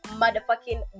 motherfucking